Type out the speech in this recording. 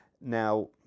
Now